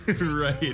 Right